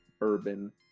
urban